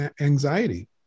anxiety